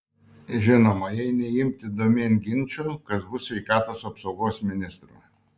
žinoma jei neimti domėn ginčų kas bus sveikatos apsaugos ministru